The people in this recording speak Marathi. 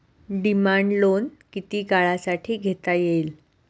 डिमांड लोन किती काळासाठी घेता येईल?